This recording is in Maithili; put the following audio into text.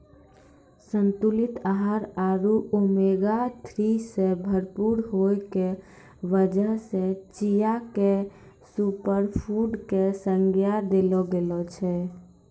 संतुलित आहार आरो ओमेगा थ्री सॅ भरपूर होय के वजह सॅ चिया क सूपरफुड के संज्ञा देलो गेलो छै